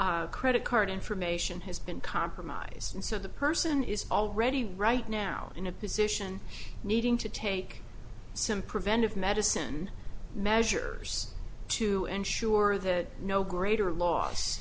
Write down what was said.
her credit card information has been compromised and so the person is already right now in a position needing to take some preventive medicine measures to ensure that no greater loss